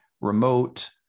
remote